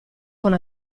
con